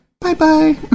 Bye-bye